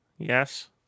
Yes